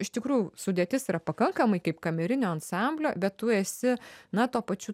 iš tikrųjų sudėtis yra pakankamai kaip kamerinio ansamblio bet tu esi na tuo pačiu